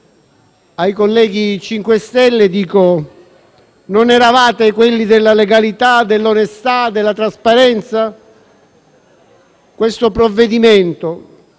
Ai colleghi 5 Stelle dico: non eravate quelli della legalità, dell'onestà, della trasparenza? Questo provvedimento,